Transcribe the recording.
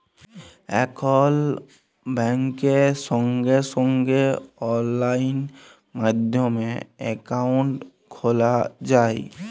এখল ব্যাংকে সঙ্গে সঙ্গে অললাইন মাধ্যমে একাউন্ট খ্যলা যায়